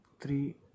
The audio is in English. three